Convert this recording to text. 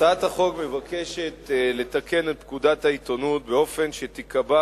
הצעת החוק מבקשת לתקן את פקודת העיתונות באופן שתיקבע